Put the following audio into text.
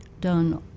done